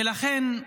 ולכן,